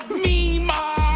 me mom